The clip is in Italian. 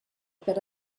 per